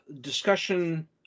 discussion